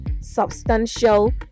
substantial